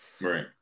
Right